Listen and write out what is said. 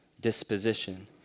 disposition